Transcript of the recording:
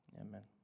Amen